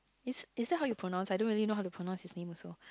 is is that how you pronounce I don't really know how to pronounce his name also